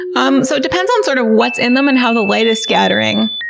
um so depends on sort of what's in them and how the light is scattering.